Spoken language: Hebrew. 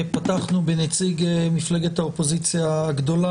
פתחנו עם נציג מפלגת האופוזיציה הגדולה,